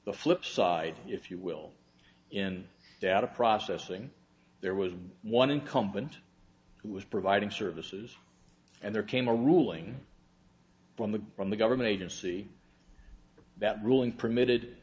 flip side if you will in data processing there was one incumbent who was providing services and there came a ruling from the from the government agency that ruling permitted